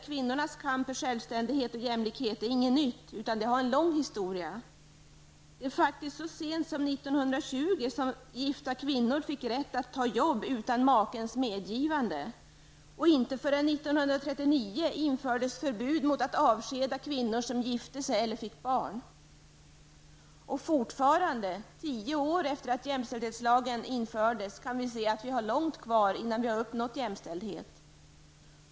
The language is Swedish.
Kvinnors kamp för självständighet och jämlikhet är, som vi har hört tidigare, inget nytt. Det har en lång historia. Det var faktiskt så sent som 1920 som gifta kvinnor fick rätt att ta ett arbete utan makens medgivande, och inte förrän 1939 infördes förbud mot att avskeda kvinnor som gifte sig eller fick barn. Fortfarande tio år efter det att jämställdhetslagen trädde i kraft kan vi se att vi har långt kvar innan vi har uppnått jämställdhet.